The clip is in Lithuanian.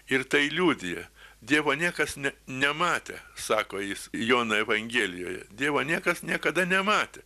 ir tai liudija dievo niekas ne nematė sako jis jono evangelijoje dievo niekas niekada nematė